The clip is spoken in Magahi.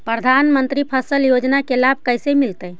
प्रधानमंत्री फसल योजना के लाभ कैसे मिलतै?